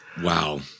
wow